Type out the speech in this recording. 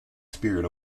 spirit